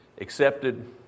accepted